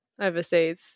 overseas